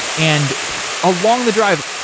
and along the drive,